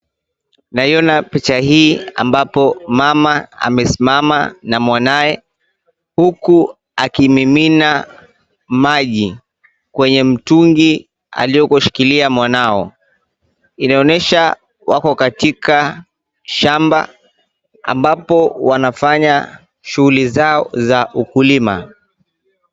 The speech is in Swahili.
Naiona picha hii ambapo mama amesimama na mwanawe, huku akimimina maji kwenye mtungi aliokoshikilia mwanao. Inaonesha wako katika shamba ambapo wanafanya shughuli zao za ukulima.